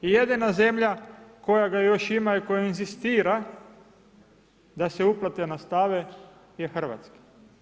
Jedina zemlja koja ga još ima i koja inzistira da se uplate nastave je Hrvatska.